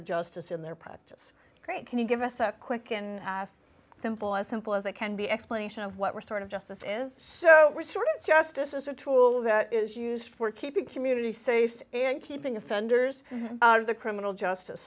restorative justice in their practice great can you give us a quick and fast simple as simple as they can be explanation of what we're sort of justice is so we're sort of justice is a tool that is used for keeping community safe and keeping offenders out of the criminal justice